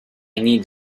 need